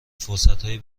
فرصتهای